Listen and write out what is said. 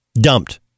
Dumped